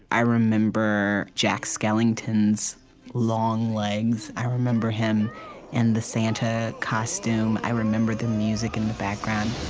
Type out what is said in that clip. i remember jack skellington's long legs. i remember him and the santa costume. i remember the music in the background